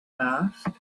asked